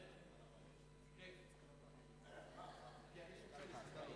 אדוני היושב-ראש,